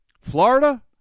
Florida